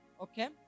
okay